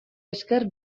esker